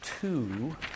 two